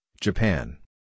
Japan